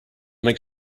make